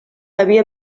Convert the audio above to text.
havia